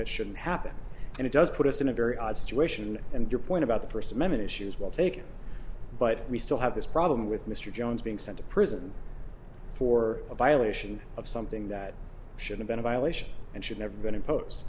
that shouldn't happen and it does put us in a very odd situation and your point about the first amendment issue is well taken but we still have this problem with mr jones being sent to prison for a violation of something that should have been a violation and should never been i